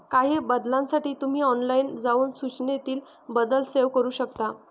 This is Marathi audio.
काही बदलांसाठी तुम्ही ऑनलाइन जाऊन सूचनेतील बदल सेव्ह करू शकता